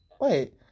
Wait